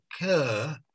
occur